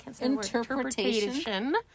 Interpretation